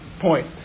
point